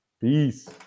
Peace